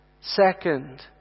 second